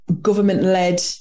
government-led